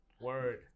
Word